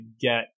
get